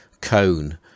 cone